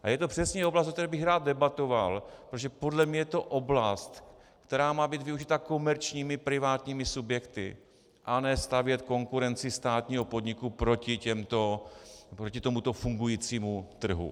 A je to přesně oblast, o které bych rád debatoval, protože podle mě je to oblast, která má být využita komerčními privátními subjekty, a ne stavět konkurenci státního podniku proti tomuto fungujícímu trhu.